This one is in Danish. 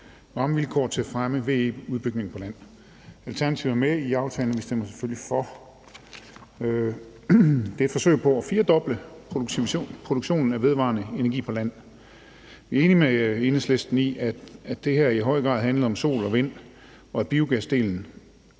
Rammevilkår til fremme af VE-udbygningen på land«. Alternativet er med i aftalen, og vi stemmer selvfølgelig for. Det er et forsøg på at firedoble produktionen af vedvarende energi på land. Vi er enige med Enhedslisten i, at det her i høj grad handler om sol og vind, og at biogasdelen